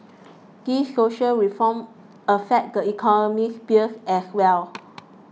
these social reforms affect the economic sphere as well